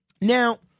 Now